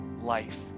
life